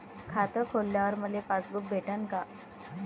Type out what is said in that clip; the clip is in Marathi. खातं खोलल्यावर मले पासबुक भेटन का?